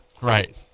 Right